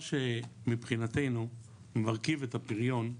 הדבר שמבחינתנו מרכיב את הפריון,